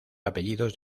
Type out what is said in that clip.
apellidos